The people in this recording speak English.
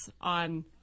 on